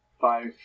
five